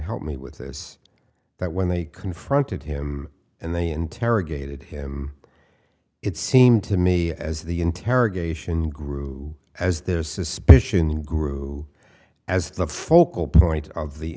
help me with this that when they confronted him and they interrogated him it seemed to me as the interrogation grew as their suspicion grew as the focal point of the